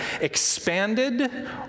expanded